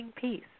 peace